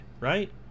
right